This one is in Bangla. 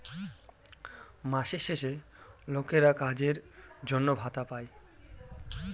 মাসের শেষে লোকেরা কাজের জন্য ভাতা পাই